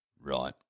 Right